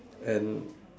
and